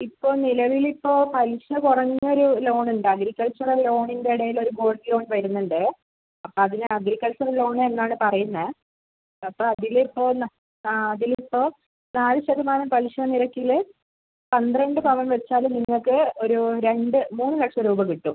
ഇപ്പം നിലവിലിപ്പോൾ പലിശ കുറഞ്ഞൊരു ലോൺ ഉണ്ട് അഗ്രികൾച്ചറൽ ലോണിൻ്റെ ഇടയിലൊരു ഗോൾഡ് ലോൺ വരുന്നുണ്ട് അപ്പോൾ അതിനെ അഗ്രിക്കൾച്ചർ ലോൺ എന്നാണ് പറയുന്നത് അപ്പോൾ അതിലിപ്പോൾ നാ ആ അതിലിപ്പോൾ നാല് ശതമാനം പലിശ നിരക്കിൽ പന്ത്രണ്ട് പവൻ വെച്ചാലും നിങ്ങൾക്ക് ഒരു രണ്ട് മൂന്ന് ലക്ഷം രൂപ കിട്ടും